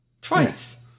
twice